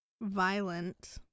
Violent